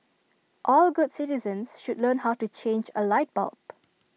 all good citizens should learn how to change A light bulb